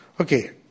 Okay